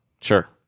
Sure